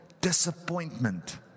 disappointment